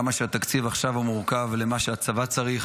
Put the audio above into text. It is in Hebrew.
כמה שהתקציב עכשיו מורכב למה שהצבא צריך,